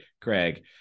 Craig